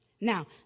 Now